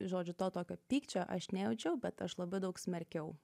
žodžiu to tokio pykčio aš nejaučiau bet aš labai daug smerkiau